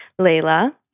Layla